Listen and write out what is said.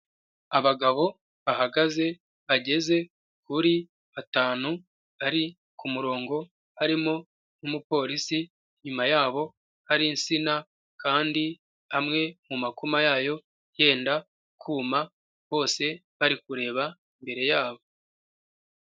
Abagabo bahagaze bageze kuri batanu bari ku murongo, harimo n'umupolisi nyuma yabo hari insina kandi amwe mu makoma yayo yenda kuma, bose bari kureba imbere yabo.